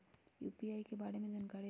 UPI के बारे में जानकारी दियौ?